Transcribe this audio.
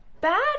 bad